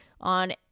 On